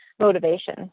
motivation